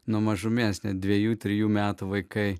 nuo mažumės net dvejų trejų metų vaikai